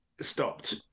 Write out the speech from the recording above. stopped